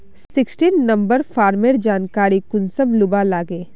Sixteen number farmer जानकारी कुंसम लुबा लागे?